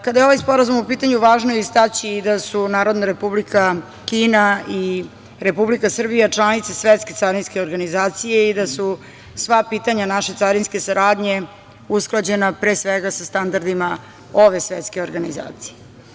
Kada je ovaj sporazum u pitanju važno je istaći i da su Narodna Republika Kina i Republika Srbija članice Svetske carinske organizacije i da su sva pitanja naše carinske saradnje usklađena pre svega sa standardima ove svetske organizacije.